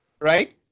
right